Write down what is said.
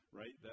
right